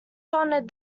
honored